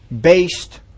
based